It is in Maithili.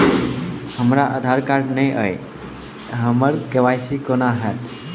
हमरा आधार कार्ड नै अई हम्मर के.वाई.सी कोना हैत?